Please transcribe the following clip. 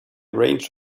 range